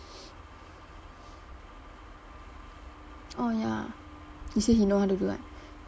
oh ya he said he know how to do right